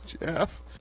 Jeff